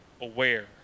aware